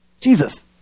Jesus